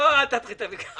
לא, אל תתחיל את הוויכוח.